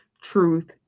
truth